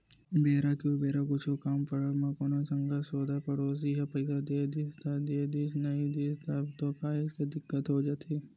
बेरा के उबेरा कुछु काम पड़ब म कोनो संगा सोदर पड़ोसी ह पइसा दे दिस त देदिस नइ दिस तब तो काहेच के दिक्कत हो जाथे